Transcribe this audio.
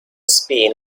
spin